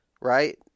right